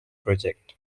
project